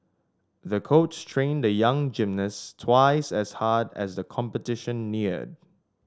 the coach trained the young gymnast twice as hard as the competition neared